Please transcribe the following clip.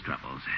troubles